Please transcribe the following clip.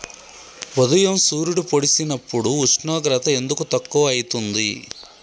ఉదయం సూర్యుడు పొడిసినప్పుడు ఉష్ణోగ్రత ఎందుకు తక్కువ ఐతుంది?